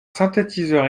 synthétiseur